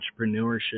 entrepreneurship